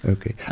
Okay